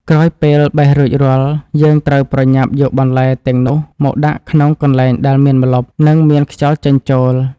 ក្រោយពេលបេះរួចរាល់ យើងត្រូវប្រញាប់យកបន្លែទាំងនោះមកដាក់ក្នុងកន្លែងដែលមានម្លប់ និងមានខ្យល់ចេញចូល។